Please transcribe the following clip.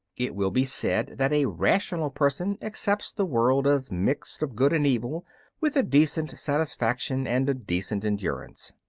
it will be said that a rational person accepts the world as mixed of good and evil with a decent satisfaction and a decent endurance.